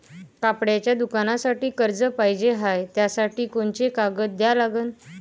कपड्याच्या दुकानासाठी कर्ज पाहिजे हाय, त्यासाठी कोनचे कागदपत्र द्या लागन?